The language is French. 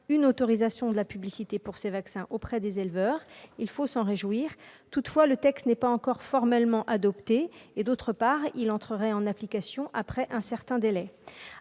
une autorisation de la publicité pour ces vaccins auprès des éleveurs. Il faut s'en réjouir, mais le texte n'est pas encore formellement adopté et il ne pourra en outre entrer en application qu'après un certain délai.